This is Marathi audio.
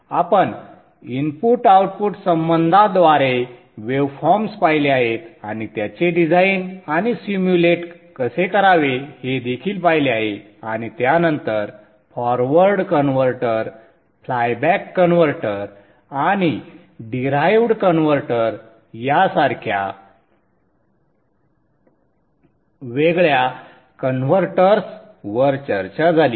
आपण इनपुट आउटपुट संबंधाद्वारे वेवफॉर्म्स पाहीले आहेत आणि त्यांचे डिझाइन आणि सिम्युलेट कसे करावे हे देखील पाहिले आहे आणि त्यानंतर forward converter flyback converter आणि डिराइव्हड कन्व्हर्टर या सारख्या वेगळ्या कन्व्हर्टर्सवर चर्चा झाली